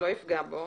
זה לא יפגע בו.